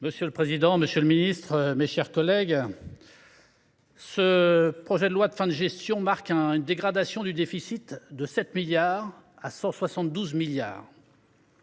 Monsieur le président, monsieur le ministre, mes chers collègues, ce projet de loi de fin de gestion marque une dégradation du déficit de 7 milliards d’euros, à 172 milliards